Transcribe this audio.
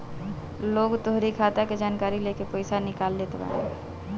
लोग तोहरी खाता के जानकारी लेके पईसा निकाल लेत बाने